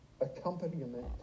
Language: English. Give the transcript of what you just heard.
accompaniment